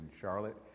Charlotte